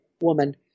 woman